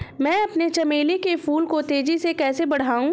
मैं अपने चमेली के फूल को तेजी से कैसे बढाऊं?